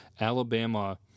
Alabama